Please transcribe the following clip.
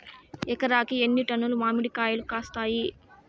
ఎకరాకి ఎన్ని టన్నులు మామిడి కాయలు కాస్తాయి?